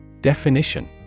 Definition